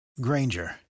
Granger